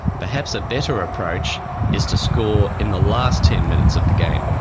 perhaps a better approach is to score in the last ten minutes of the game.